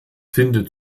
findet